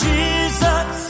Jesus